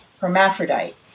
hermaphrodite